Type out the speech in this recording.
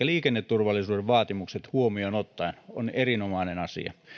liikenneturvallisuuden vaatimukset huomioon ottaen on erinomainen asia